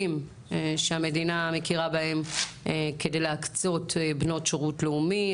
הגופים שהמדינה מכירה בהם כדי להקצות בנות שירות לאומי.